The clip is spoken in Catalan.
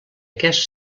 aquest